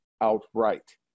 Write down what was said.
outright